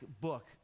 book